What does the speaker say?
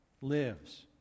lives